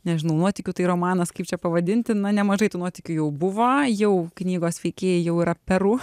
nežinau nuotykių tai romanas kaip čia pavadinti na nemažai tų nuotykių jau buvo jau knygos veikėjai jau yra peru